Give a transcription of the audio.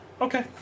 Okay